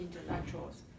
intellectuals